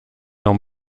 l’en